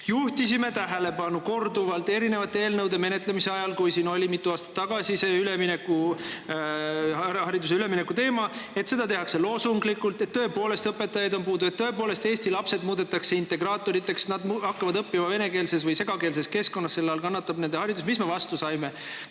juhtisime korduvalt erinevate eelnõude menetlemise ajal, kui siin oli mitu aastat tagasi jutuks see hariduse ülemineku teema, tähelepanu sellele, et seda tehakse loosunglikult, et tõepoolest õpetajaid on puudu, et tõepoolest eesti lapsed muudetakse integraatoriteks, nad hakkavad õppima venekeelses või segakeelses keskkonnas ja selle all kannatab nende haridus. Mis me vastu saime?